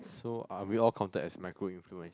so are we all counted as micro influence